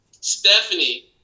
Stephanie